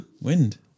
Wind